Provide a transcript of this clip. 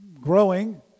growing